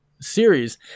series